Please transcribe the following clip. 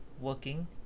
working